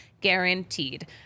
guaranteed